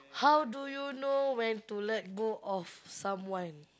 how do you know when to let go of someone